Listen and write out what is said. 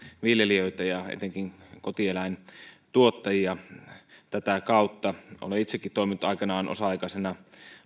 viljelijöitä ja etenkin kotieläintuottajia olen itsekin toiminut aikanaan osa aikaisena